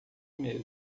mesmo